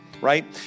right